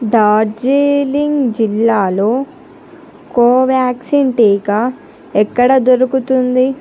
డార్జిలింగ్ జిల్లాలో కోవాక్సిన్ టీకా ఎక్కడ దొరుకుతుంది